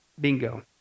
Bingo